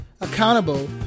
accountable